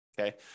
Okay